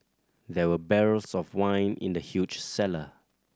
there were barrels of wine in the huge cellar